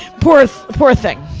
poor poor thing.